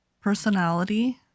personality